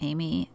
Amy